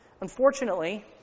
Unfortunately